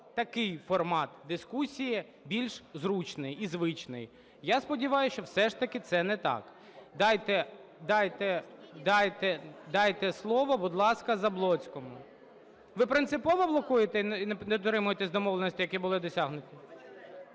такий формат дискусії більш зручний і звичний, я сподіваюся, що все ж таки це не так. Дайте слово, будь ласка, Заблоцькому. Ви принципово блокуєте і не дотримуєтеся домовленостей, які були досягнуті?